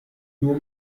nur